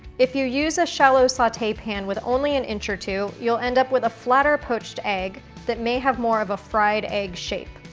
if you use a shallow saute pan with only an inch or two you'll end up with a flatter poached egg, that may have more of a fried egg shape.